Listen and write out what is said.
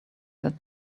that